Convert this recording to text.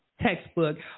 textbook